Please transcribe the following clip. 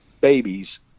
babies